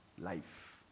life